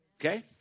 Okay